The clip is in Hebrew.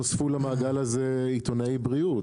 נוספו למעגל הזה עיתונאי בריאות,